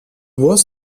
was